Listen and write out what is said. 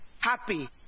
happy